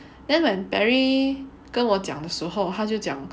then when Perry 跟我讲的时候他就讲